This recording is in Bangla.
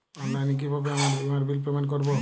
অনলাইনে কিভাবে আমার বীমার বিল পেমেন্ট করবো?